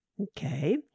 Okay